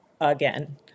again